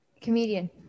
Comedian